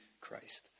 Christ